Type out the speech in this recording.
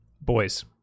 Boys